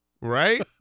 Right